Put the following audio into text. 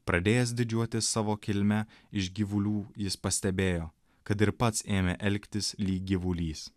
pradėjęs didžiuotis savo kilme iš gyvulių jis pastebėjo kad ir pats ėmė elgtis lyg gyvulys